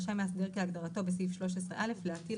רשאי מאסדר כהגדרתו בסעיף 13(א) להטיל